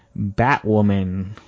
Batwoman